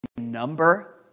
number